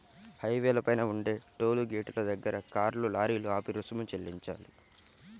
హైవేల పైన ఉండే టోలు గేటుల దగ్గర కార్లు, లారీలు ఆపి రుసుము చెల్లించాలి